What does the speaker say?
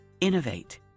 innovate